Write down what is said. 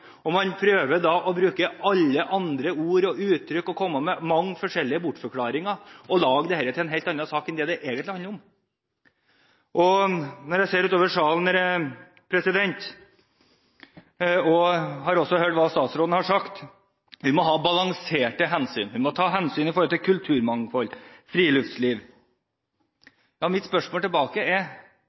Man prøver å bruke alle andre ord og uttrykk og kommer med mange forskjellige bortforklaringer og lager dette til en helt annen sak enn det det egentlig handler om. Jeg ser utover salen, og jeg har også hørt hva statsråden har sagt: Vi må ta balanserte hensyn, vi må ta hensyn til kulturmangfold og friluftsliv. Mitt spørsmål tilbake er: